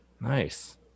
nice